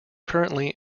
currently